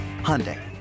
Hyundai